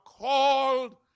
called